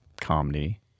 comedy